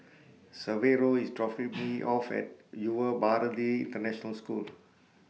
Severo IS dropping Me off At Yuva Bharati International School